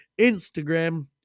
Instagram